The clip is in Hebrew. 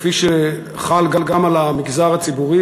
כפי שחל גם על המגזר הציבורי,